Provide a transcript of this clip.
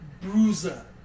bruiser